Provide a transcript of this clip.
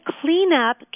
cleanup